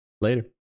Later